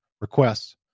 requests